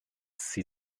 sie